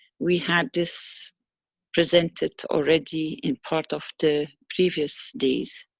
we had this presented already in part of the previous days.